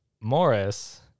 Morris